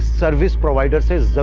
service provider. i,